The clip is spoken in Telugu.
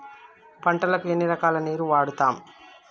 పంటలకు ఎన్ని రకాల నీరు వాడుతం?